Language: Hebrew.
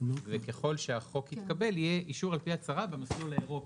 וככל שהחוק יתקבל יהיה אישור על-פי הצהרה במסלול האירופי,